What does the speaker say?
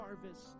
harvest